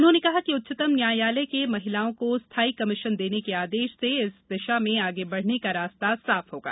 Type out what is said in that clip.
उन्होंने कहा कि उच्चतम न्यायालय के महिलाओं को स्थायी कमीशन देने के आदेश से इस दिशा में आगे बढ़ने का रास्ता साफ होगा